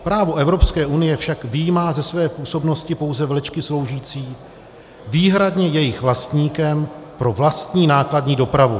Právo Evropské unie však vyjímá ze své působnosti pouze vlečky sloužící výhradně jejich vlastníkům pro vlastní nákladní dopravu.